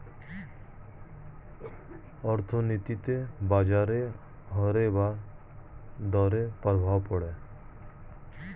অর্থনীতিতে বাজারের হার বা দরের প্রভাব পড়ে